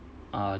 uh